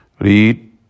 Read